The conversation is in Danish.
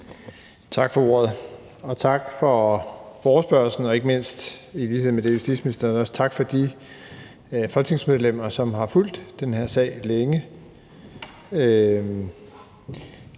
Tak for ordet, tak for forespørgslen, og jeg vil ikke mindst – i lighed med justitsministeren – sige tak til de folketingsmedlemmer, som har fulgt den her sag længe.